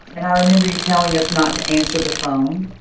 and i remember you telling us not to answer the phone.